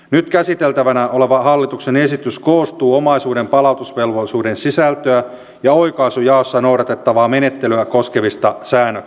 nyt käsiteltävänä oleva hallituksen esitys koostuu omaisuuden palautusvelvollisuuden sisältöä ja oikaisujaossa noudatettavaa menettelyä koskevista säännöksistä